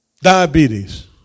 Diabetes